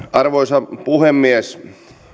arvoisa puhemies